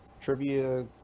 trivia